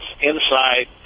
inside